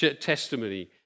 testimony